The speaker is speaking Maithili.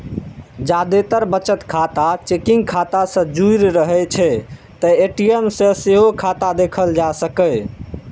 जादेतर बचत खाता चेकिंग खाता सं जुड़ रहै छै, तें ए.टी.एम सं सेहो खाता देखल जा सकैए